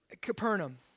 Capernaum